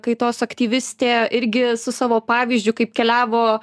kaitos aktyvistė irgi su savo pavyzdžiu kaip keliavo